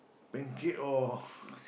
pancake or